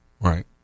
Right